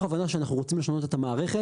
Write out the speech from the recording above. הבנה שאנחנו רוצים לשנות את המערכת,